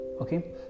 okay